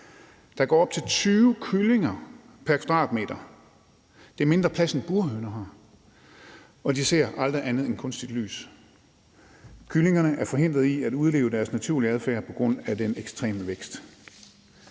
Der går op til 20 kyllinger pr. m2 – det er mindre plads, end burhøner har. Og de ser aldrig andet end kunstigt lys. Kyllingerne er forhindret i at udleve deres naturlige adfærd på grund af den ekstreme vækst.